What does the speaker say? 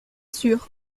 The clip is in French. sûr